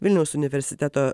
vilniaus universiteto